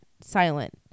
silent